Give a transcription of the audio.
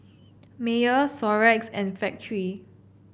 Mayer Xorex and Factorie